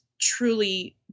truly